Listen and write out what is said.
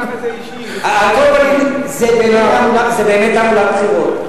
זה באמת תעמולת בחירות.